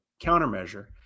countermeasure